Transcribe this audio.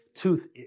Tooth